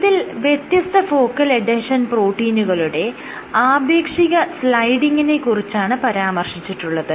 ഇതിൽ വ്യത്യസ്ത focal adhesion പ്രോട്ടീനുകളുടെ ആപേക്ഷിക സ്ലൈഡിങിനെ കുറിച്ചാണ് പരാമർശിച്ചിട്ടുള്ളത്